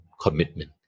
commitment